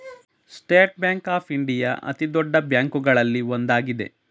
state Bank of India ಅತಿದೊಡ್ಡ ಬ್ಯಾಂಕುಗಳಲ್ಲಿ ಒಂದಾಗಿದೆ